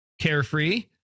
carefree